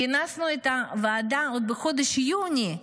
כינסנו את הוועדה עוד בחודש יוני,